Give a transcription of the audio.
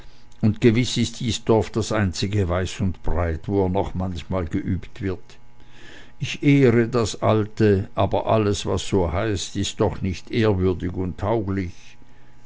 und gewiß ist dies dorf das einzige weit und breit wo er noch manchmal geübt wird ich ehre das alte aber alles was so heißt ist doch nicht ehrwürdig und tauglich